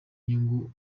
nyungu